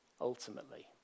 ultimately